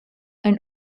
and